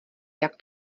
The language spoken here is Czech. jak